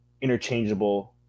interchangeable